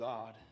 God